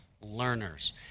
learners